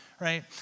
right